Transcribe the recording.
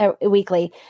weekly